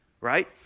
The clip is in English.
Right